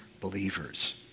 believers